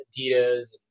Adidas